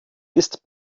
ist